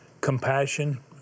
compassion